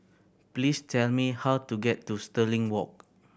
please tell me how to get to Stirling Walk